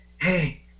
Hey